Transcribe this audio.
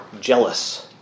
jealous